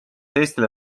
eestile